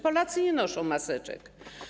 Polacy nie noszą maseczek.